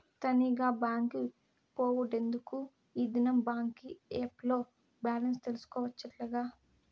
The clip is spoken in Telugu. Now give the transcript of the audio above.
తనీగా బాంకి పోవుడెందుకూ, ఈ దినం బాంకీ ఏప్ ల్లో బాలెన్స్ తెల్సుకోవచ్చటగా